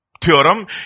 theorem